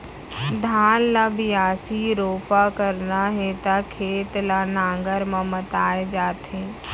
धान ल बियासी, रोपा करना हे त खेत ल नांगर म मताए जाथे